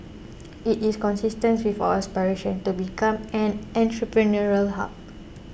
it is consistent with our aspiration to become an entrepreneurial hub